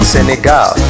Senegal